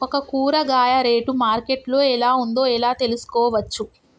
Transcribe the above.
ఒక కూరగాయ rate market లో ఎలా ఉందో ఎలా తెలుసుకోవచ్చు?